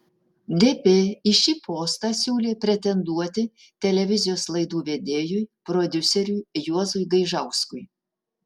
dp į šį postą siūlė pretenduoti televizijos laidų vedėjui prodiuseriui juozui gaižauskui